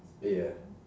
yeah